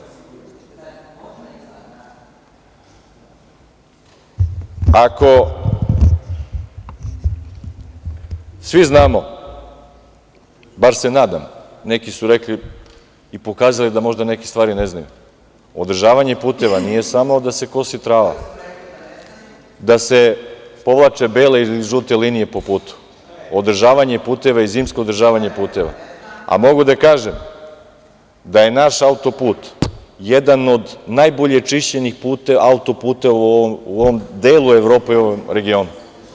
Ako svi znamo, bar se nadam, neki su rekli i pokazali da možda neke stvari ne znaju, održavanje puteva nije samo da se kosi trava, da se povlače bele ili žute linije po putu, održavanje puteva je i zimsko održavanje puteva, a mogu da kažem da je naš autoput jedan od najbolje čišćenih autoputeva u ovom delu Evrope i ovom regionu.